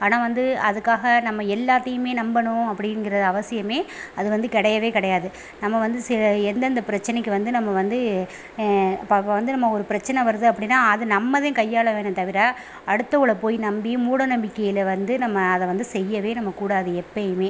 ஆனால் வந்து அதுக்காக நம்ம எல்லாத்தையுமே நம்பணும் அப்படிங்கிற அவசியமே அது வந்து கிடையவே கிடையாது நம்ம வந்து ச எந்தெந்த பிரச்சினைக்கு வந்து நம்ம வந்து இப்போ வந்து நம்ம ஒரு பிரச்சினை வருது அப்படின்னா அதை நம்ம தான் கையாளணுமே தவிர அடுத்தவங்களை போய் நம்பி மூட நம்பிக்கையில் வந்து நம்ம அதை வந்து செய்யவே நம்ம கூடாது எப்போயுமே